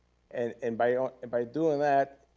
and and by ah by doing that,